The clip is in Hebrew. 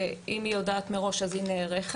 שאם היא יודעת מראש אז היא נערכת,